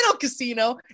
casino